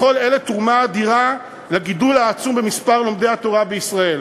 לכל אלה תרומה אדירה לגידול העצום במספר לומדי התורה בישראל.